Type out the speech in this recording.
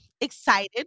excited